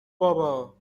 بابا